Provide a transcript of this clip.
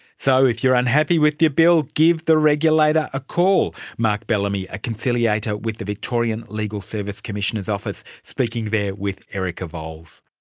so if you're unhappy with your bill, give the regulator a call! mark bellamy, a conciliator at the victorian legal service commissioner's office speaking there with erica vowles.